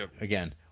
again